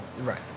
Right